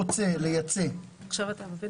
מישראל לגורם מסוים